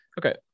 Okay